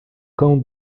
cão